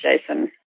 Jason